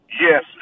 yes